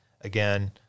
Again